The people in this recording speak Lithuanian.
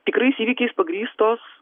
tikrais įvykiais pagrįstos